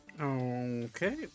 Okay